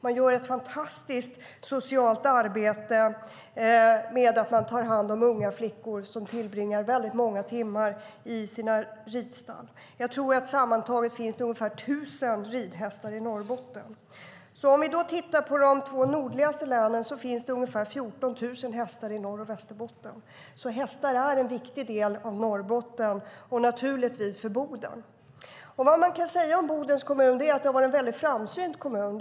De gör ett fantastiskt socialt arbete i och med att de tar hand om unga flickor som tillbringar många timmar i ridstallen. Jag tror att det sammantaget finns ungefär 1 000 ridhästar i Norrbotten. Det finns ungefär 14 000 hästar i Norrbotten och Västerbotten - för att titta på de två nordligaste länen. Hästar är alltså en viktig del av Norrbotten, och de är det naturligtvis för Boden. Bodens kommun har varit en framsynt kommun.